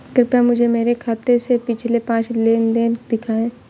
कृपया मुझे मेरे खाते से पिछले पांच लेन देन दिखाएं